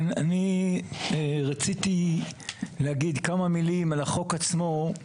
כן, אני רציתי להגיד כמה מילים על החוק עצמו.